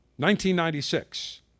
1996